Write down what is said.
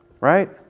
Right